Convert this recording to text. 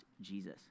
Jesus